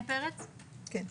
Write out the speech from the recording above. בבקשה.